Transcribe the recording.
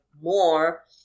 more